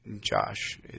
Josh